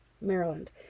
Maryland